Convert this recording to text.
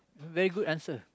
very good answer